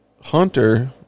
Hunter